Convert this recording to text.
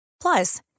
Plus